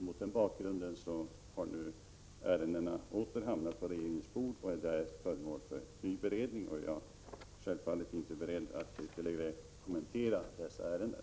Mot den bakgrunden har ärendena återigen hamnat på regeringens bord. De är alltså föremål för ny beredning. Jag är självfallet inte beredd att ytterligare kommentera dessa ärenden.